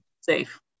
safe